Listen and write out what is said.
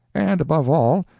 and, above all,